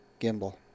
gimbal